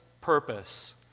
purpose